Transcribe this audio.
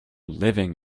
living